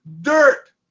dirt